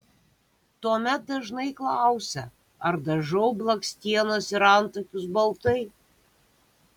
tuomet dažnai klausia ar dažau blakstienas ir antakius baltai